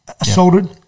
assaulted